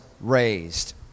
raised